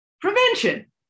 Prevention